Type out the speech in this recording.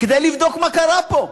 כדי לבדוק מה קרה פה.